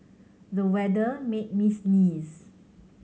the weather made me sneeze